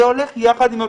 זה הולך יחד עם הפיקוח.